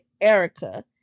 Erica